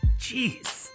Jeez